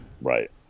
Right